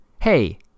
hey